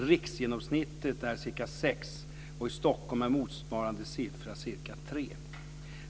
Riksgenomsnittet är ca 6, och i Stockholm är motsvarande siffra ca 3.